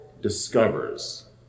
discovers